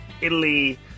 Italy